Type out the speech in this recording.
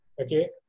okay